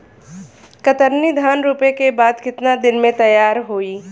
कतरनी धान रोपे के बाद कितना दिन में तैयार होई?